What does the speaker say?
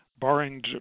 barring